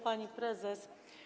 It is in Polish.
Pani Prezes!